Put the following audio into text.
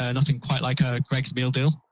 ah nothing quite like ah greg's meal deal